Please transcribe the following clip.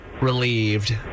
relieved